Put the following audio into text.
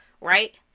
right